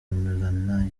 melania